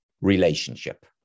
relationship